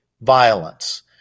violence